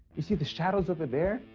you see the shadows over there,